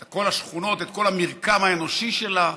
ואת כל השכונות, את כל המרקם האנושי שלה.